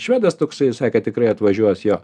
švedas toksai sakė tikrai atvažiuos jo